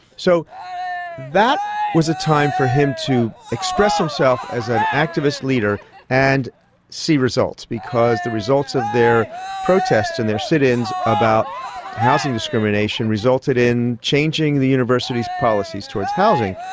so that was a time for him to express himself as an activist leader and see results, because the results of their protest and their sit-ins about housing discrimination resulted in changing the university's policies towards housing.